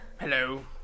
Hello